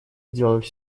сделать